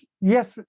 yes